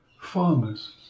farmers